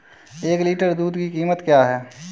एक लीटर दूध की कीमत क्या है?